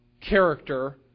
character